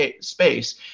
space